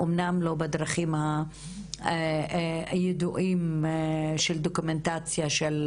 גם אם לא בדרכים הידועות של דוקומנטציה של